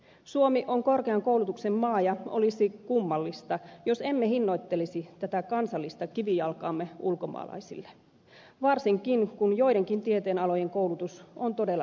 suomi on korkean koulutuksen maa ja olisi kummallista jos emme hinnoittelisi tätä kansallista kivijalkaamme ulkomaalaisille varsinkin kun joidenkin tieteenalojen koulutus on todella kallista